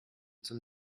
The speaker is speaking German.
zum